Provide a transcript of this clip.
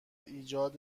ایجاد